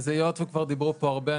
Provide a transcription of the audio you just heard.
אז היות וכבר דיברו פה הרבה,